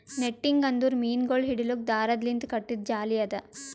netting ಅಂದುರ್ ಮೀನಗೊಳ್ ಹಿಡಿಲುಕ್ ದಾರದ್ ಲಿಂತ್ ಕಟ್ಟಿದು ಜಾಲಿ ಅದಾ